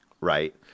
right